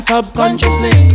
Subconsciously